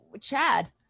chad